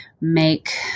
make